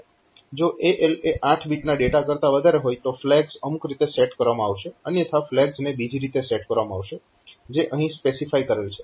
જો AL એ 8 બીટના ડેટા કરતા વધારે હોય તો ફ્લેગ્સ અમુક રીતે સેટ કરવામાં આવશે અને અન્યથા ફ્લેગ્સને બીજી રીતે સેટ કરવામાં આવશે જે અહીં સ્પેસિફાય કરેલ છે